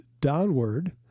downward